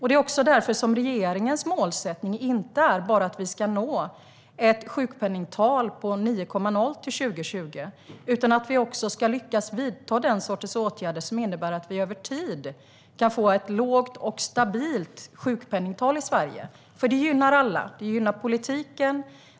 Det är också därför som regeringens målsättning inte bara är att vi ska nå ett sjukpenningtal på 9,0 till år 2020 utan att vi också ska lyckas vidta sådana åtgärder att vi över tid kan få ett lågt och stabilt sjukpenningtal i Sverige, för det gynnar alla. Det gynnar politiken.